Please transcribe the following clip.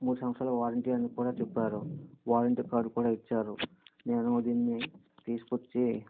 మూడు సంవత్సరాలు వారంటీ అని కూడా చెప్పారు వారంటీ కార్డు కూడా ఇచ్చారు నేను దీన్ని తీసుకు వచ్చి